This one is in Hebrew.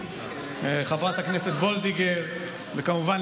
חברת הכנסת וולדיגר וכמובן,